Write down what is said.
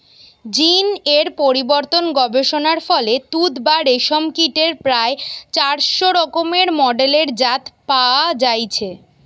জীন এর পরিবর্তন গবেষণার ফলে তুত বা রেশম কীটের প্রায় চারশ রকমের মেডেলের জাত পয়া যাইছে